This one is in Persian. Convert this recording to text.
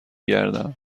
گردم